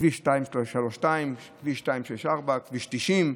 כביש 232, כביש 264, כביש 90,